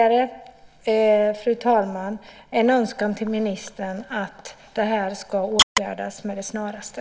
Jag har alltså en önskan till ministern om att detta ska åtgärdas med det snaraste.